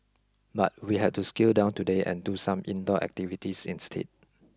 but we had to scale down today and do some indoor activities instead